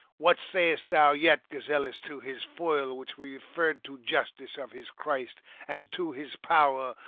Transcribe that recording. what say'st thou yet, gazellus, to his foil, which we referr'd to justice of his christ and to his power,